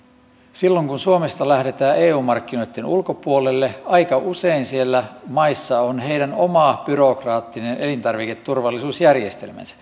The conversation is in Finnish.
silloin kun suomesta lähdetään eu markkinoitten ulkopuolelle aika usein siellä maissa on heidän oma byrokraattinen elintarviketurvallisuusjärjestelmänsä